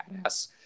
badass